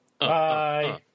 Bye